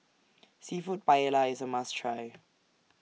Seafood Paella IS A must Try